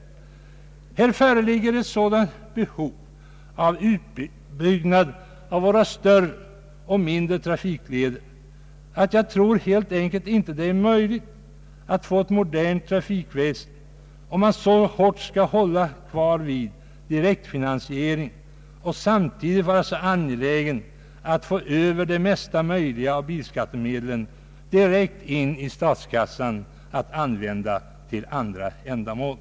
Det föreligger ett så starkt behov av utbyggnad av våra större och mindre trafikleder att jag tror att det helt enkelt inte är möjligt att få ett modernt trafikväsen om man så hårt skall hålla fast vid direktfinansieringen och samtidigt vara så angelägen att få över mesta möjliga av bilskattemedlen direkt in i statskassan, att användas till andra ändamål.